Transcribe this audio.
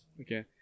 Okay